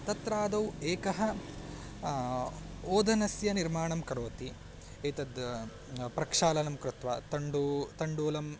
तत्रादौ एकः ओदनस्य निर्माणं करोति एतत् प्रक्षालनं कृत्वा तण्डुलं तण्डुलं प्रक्